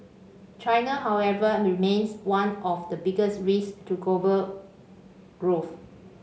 China however remains one of the biggest risks to global growth